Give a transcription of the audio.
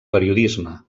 periodisme